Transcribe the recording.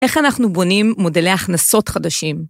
איך אנחנו בונים מודלי הכנסות חדשים?